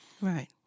right